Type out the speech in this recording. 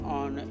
on